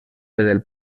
del